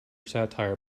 satire